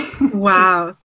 Wow